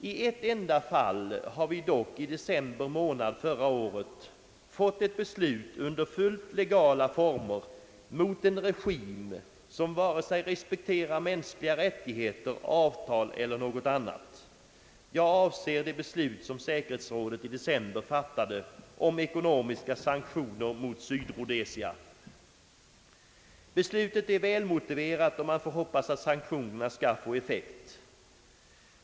I ett enda fall har vi dock i december månad förra året fått ett beslut under fullt legala former mot en regim som respekterar varken mänskliga rättigheter, avtal eller något annat. Jag avser det beslut, som säkerhetsrådet i december fattade om ekonomiska sanktioner mot Rhodesia. Beslutet är välmotiverat, och man får hoppas att sanktionerna skall få effekt.